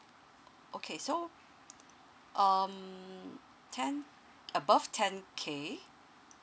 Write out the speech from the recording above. okay so um ten above ten K